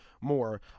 more